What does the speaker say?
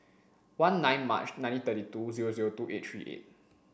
one nine March nineteen thirty two zero zero two eight three eight